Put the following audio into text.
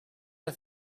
are